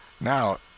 Now